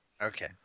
Okay